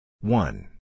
One